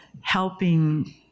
helping